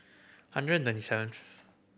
hundred thirty seventh